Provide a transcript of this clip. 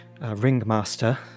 ringmaster